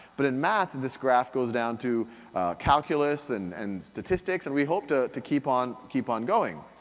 but in math this graph goes down to calculus and and statistics, and we hope to to keep on keep on going.